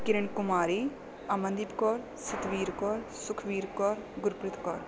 Kiran Kumari Amandeep Kaur Satveer Kaur Sukhbir Kaur Gurpreet Kaur